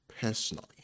personally